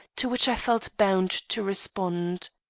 to which i felt bound to respond.